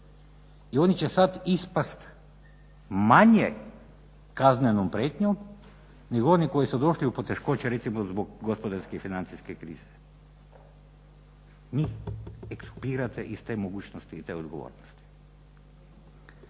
I oni će sad ispast manje kaznenom prijetnjom nego oni koji su došli u poteškoće recimo zbog gospodarske i financijske krize. Njih …/Govornik se ne razumije./…iz te mogućnosti i te odgovornosti.